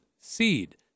seed